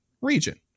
region